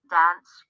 dance